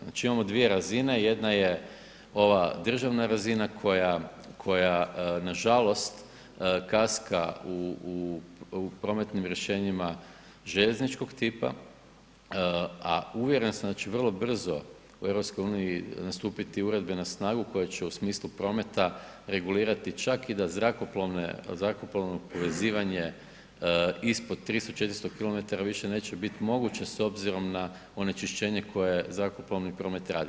Znači imamo dvije razine, jedna je ova državna razina koja nažalost kaska u prometnim rješenjima željezničkog tipa, a uvjeren sam da će vrlo brzo u EU stupiti uredbe na snagu koje će u smislu prometa regulirati čak i da zrakoplovno povezivanje ispod 300, 400km više neće biti moguće s obzirom na onečišćenje koje zrakoplovni promet radi.